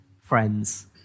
friends